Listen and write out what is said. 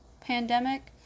pandemic